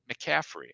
McCaffrey